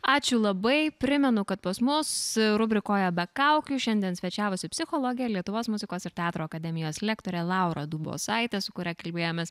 ačiū labai primenu kad pas mus rubrikoje be kaukių šiandien svečiavosi psichologė lietuvos muzikos ir teatro akademijos lektorė laura dubosaitė su kuria kalbėjomės